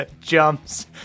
jumps